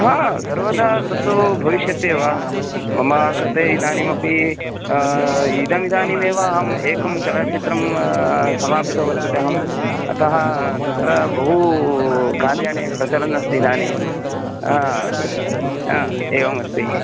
हा सर्वदा तत्तु भविष्यत्येव मम कृते इदानीमपि इदमिदानीमेव अहम् एकं चलनचित्रं समापितो वर्तते अहम् अतः तत्र बहुकार्याणि प्रचलन्नस्ति इदानीं हा हा एवमस्ति